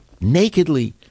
nakedly